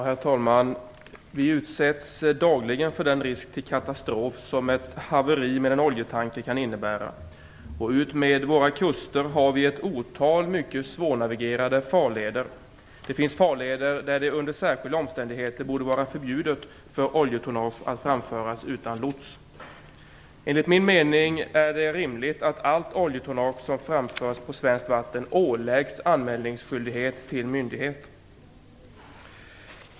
Herr talman! Vi utsätts dagligen för den risk för katastrof som ett haveri med en oljetanker kan innebära. Utmed våra kuster har vi ett otal mycket svårnavigerade farleder. Det finns farleder där det under särskilda omständigheter borde vara förbjudet för oljetonnage att framföras utan lots. Enligt min mening är det rimligt att allt oljetonnage som framförs på svenskt vatten åläggs anmälningsskyldighet till myndighet.